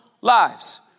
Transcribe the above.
lives